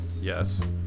Yes